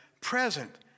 present